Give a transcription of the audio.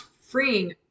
freeing